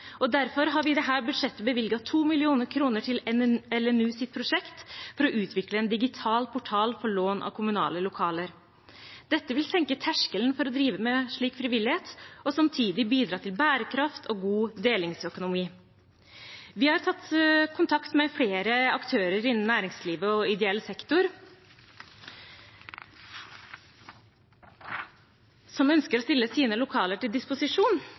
med. Derfor har vi i dette budsjettet bevilget 2 mill. kr til LNUs prosjekt for å utvikle en digital portal for lån av kommunale lokaler. Dette vil senke terskelen for å drive med slik frivillighet og samtidig bidra til bærekraft og god delingsøkonomi. Vi har tatt kontakt med flere aktører innen næringsliv og ideell sektor som ønsker å stille sine lokaler til disposisjon